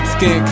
Skin